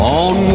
on